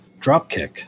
dropkick